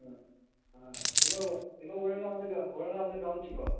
ம் ஆ இனிமேல் இனிமேல் ஒழுங்கா வந்து ஒழுங்கா வந்து கவனித்துக்கோ